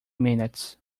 minutes